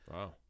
Wow